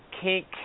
Kink